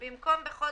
רוויזיה.